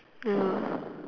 ya